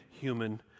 human